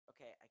Okay